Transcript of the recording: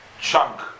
chunk